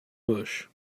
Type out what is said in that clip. bush